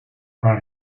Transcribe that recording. para